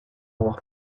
oar